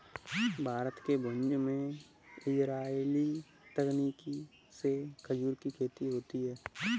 भारत के भुज में इजराइली तकनीक से खजूर की खेती होती है